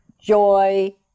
joy